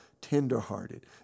tenderhearted